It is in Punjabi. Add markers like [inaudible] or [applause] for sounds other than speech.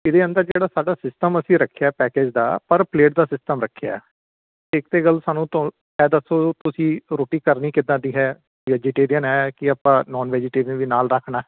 ਇਹਦੇ ਅੰਦਰ ਜਿਹੜਾ ਸਾਡਾ ਸਿਸਟਮ ਅਸੀਂ ਰੱਖਿਆ ਪੈਕੇਜ ਦਾ ਪਰ ਪਲੇਟ ਦਾ ਸਿਸਟਮ ਰੱਖਿਆ ਇੱਕ ਤਾਂ ਗੱਲ ਸਾਨੂੰ [unintelligible] ਇਹ ਦੱਸੋ ਤੁਸੀਂ ਰੋਟੀ ਕਰਨੀ ਕਿੱਦਾਂ ਦੀ ਹੈ ਵੈਜੀਟੇਰੀਅਨ ਹੈ ਕਿ ਆਪਾਂ ਨੋਨ ਵੈਜੀਟੇਰੀਅਨ ਵੀ ਨਾਲ ਰੱਖਣਾ